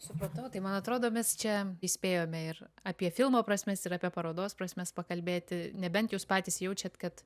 supratau tai man atrodo mes čia įspėjome ir apie filmo prasmes ir apie parodos prasmes pakalbėti nebent jūs patys jaučiat kad